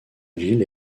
ville